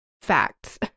facts